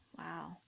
Wow